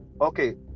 okay